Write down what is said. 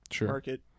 market